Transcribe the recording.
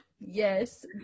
yes